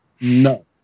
no